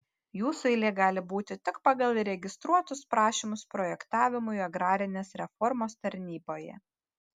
jūsų eilė gali būti tik pagal įregistruotus prašymus projektavimui agrarinės reformos tarnyboje